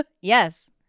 Yes